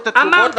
את העמדה הזאת.